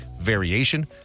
variation